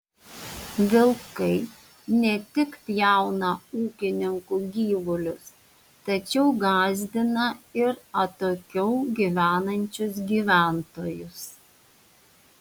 vilkai ne tik pjauna ūkininkų gyvulius tačiau gąsdina ir atokiau gyvenančius gyventojus